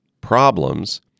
problems